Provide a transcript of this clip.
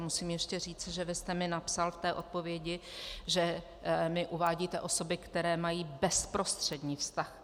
Musím ještě říci, že vy jste mi napsal v té odpovědi, že mi uvádíte osoby, které mají bezprostřední vztah.